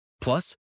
Plus